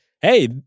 hey